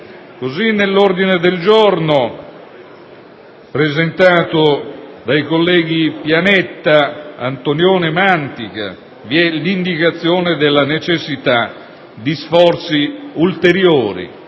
così, nell'ordine del giorno G1, presentato dai colleghi Pianetta, Antonione e Mantica, vi è l'indicazione della necessità di sforzi ulteriori